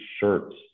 shirts